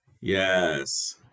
Yes